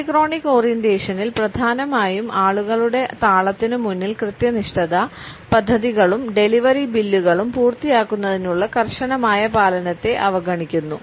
polychronic ഓറിയന്റേഷനിൽ പ്രധാനമായും ആളുകളുടെ താളത്തിനു മുന്നിൽ കൃത്യനിഷ്ഠത പദ്ധതികളും ഡെലിവറി ബില്ലുകളും പൂർത്തിയാക്കുന്നതിനുള്ള കർശനമായ പാലനത്തെ അവഗണിക്കുന്നു